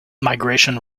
migration